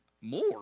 more